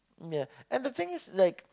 ya and the thing is like